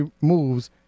moves